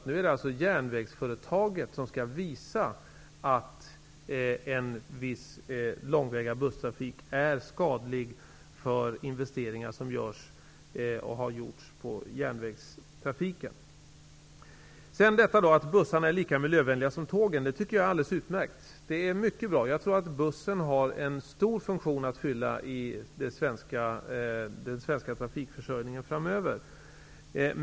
Nu är det alltså järnvägsföretaget som skall visa att en viss långväga busstrafik är skadlig för investeringar som görs och har gjorts på järnvägstrafiken. Att bussarna är lika miljövänliga som tågen tycker jag är alldeles utmärkt. Det är mycket bra. Jag tror att bussen har en stor funktion att fylla i den svenska trafikförsörjningen framöver.